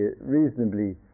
reasonably